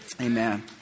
Amen